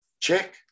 Check